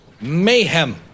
mayhem